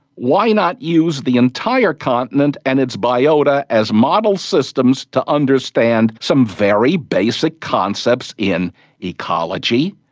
why not use the entire continent and its biota as model systems to understand some very basic concepts in ecology,